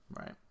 Right